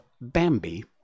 Bambi